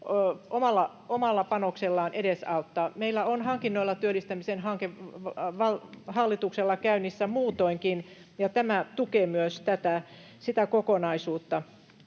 omalla panoksellaan edesauttaa. Meillä hallituksella on hankinnoilla työllistämisen hanke käynnissä muutoinkin, ja tämä tukee myös sitä kokonaisuutta.